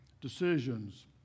Decisions